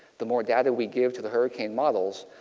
the more data we give to the hurricane models.